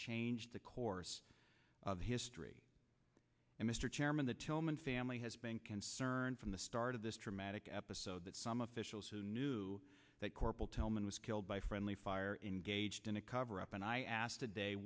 changed the course of history and mr chairman the tillman family has been concerned from the start of this dramatic episode that some officials who knew that corporal tillman was killed by friendly fire in gauged in a cover up and i asked today